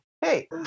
Hey